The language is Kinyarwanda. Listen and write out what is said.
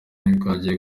bwongeye